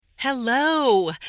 Hello